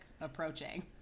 approaching